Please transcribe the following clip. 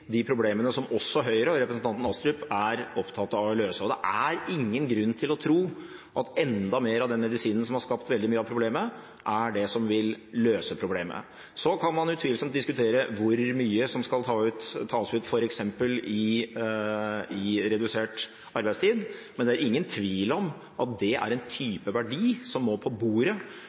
de problemer som også Høyre og representanten Astrup er opptatt av å løse. Det er ingen grunn til å tro at enda mer av den medisinen som har skapt veldig mye av problemet, er det som vil løse problemet. Så kan man utvilsomt diskutere hvor mye som skal tas ut i f.eks. redusert arbeidstid, men det er ingen tvil om at det er en type verdi som må på bordet,